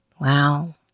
Wow